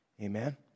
Amen